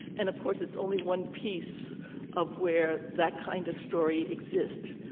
and of course, it's only one piece of where that kind of story exists.